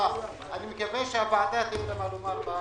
אני מקווה שהוועדה תדע מה לומר.